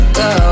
go